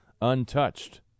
untouched